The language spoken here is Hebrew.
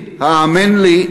האמן לי,